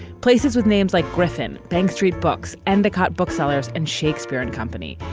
places with names like griffin bank street books and the cut booksellers and shakespeare and company,